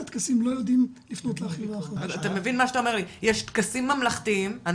הטקסים לא יודעים לפנות לאחים והאחיות השכולים.